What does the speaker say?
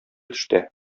төштә